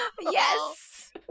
Yes